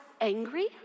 angry